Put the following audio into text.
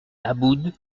aboud